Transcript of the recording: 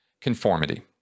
conformity